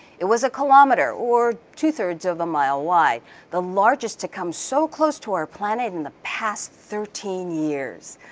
it was a kilometer, or two three of a mile wide, the largest to come so close to our planet in the past thirteen years.